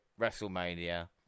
WrestleMania